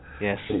Yes